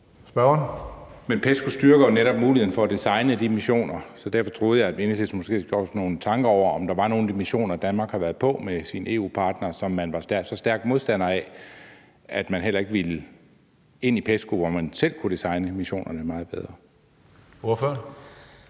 Men PESCO styrker jo netop muligheden for at designe de missioner, så derfor troede jeg, at Enhedslisten havde gjort sig nogle tanker om, om der var nogle af de missioner, Danmark har været på med sine EU-partnere, som man var så stærk modstander af, at man heller ikke ville ind i PESCO, hvor man selv kunne designe missionerne meget bedre. Kl.